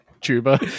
tuba